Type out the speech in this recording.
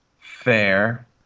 fair